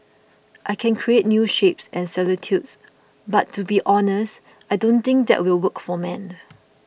I can create new shapes and silhouettes but to be honest I don't think that will work for men